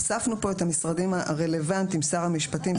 הוספנו פה את המשרדים הרלוונטיים: "שר המשפטים,